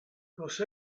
josé